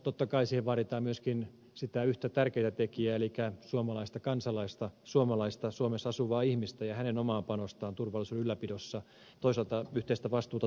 totta kai siihen vaaditaan myöskin sitä yhtä tärkeätä tekijää elikkä suomalaista kansalaista suomalaista suomessa asuvaa ihmistä ja hänen omaa panostaan turvallisuuden ylläpidossa toisaalta yhteistä vastuuta toisistamme